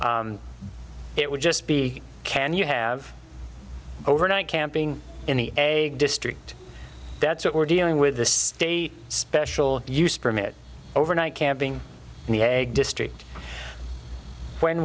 it would just be can you have overnight camping in the egg district that's what we're dealing with the state special use permit overnight camping in the egg district when